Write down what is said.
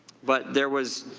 but there was